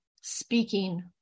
speaking